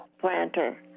planter